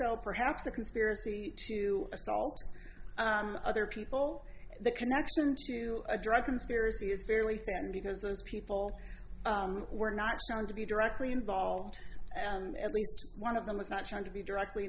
so perhaps the conspiracy to assault other people the connection to a drug conspiracy is fairly thin because those people were not going to be directly involved and at least one of them was not trying to be directly